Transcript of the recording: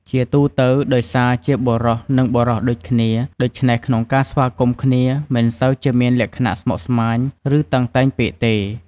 ជាទូទៅ ដោយសារជាបុរស និង បុរសដូចគ្នា ដូច្នេះក្នុងការស្វាគមន៍គ្នា មិនសូវជាមានលក្ខណៈស្មុគស្មាញ ឬ តឹងតែងពេកទេ។